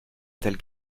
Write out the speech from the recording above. tel